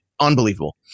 Unbelievable